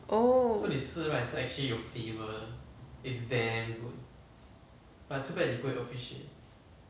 oh